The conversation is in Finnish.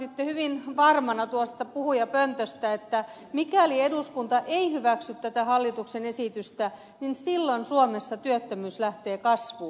ilmoititte hyvin varmana tuosta puhujapöntöstä että mikäli eduskunta ei hyväksy tätä hallituksen esitystä niin silloin suomessa työttömyys lähtee kasvuun